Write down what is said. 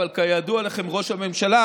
אבל כידוע לכם, ראש הממשלה